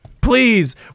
Please